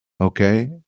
Okay